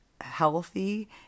healthy